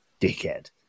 Dickhead